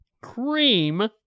Cream